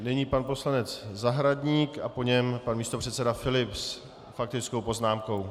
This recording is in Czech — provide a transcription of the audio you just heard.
Nyní pan poslanec Zahradník a po něm pan místopředseda Filip s faktickou poznámkou.